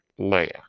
Leia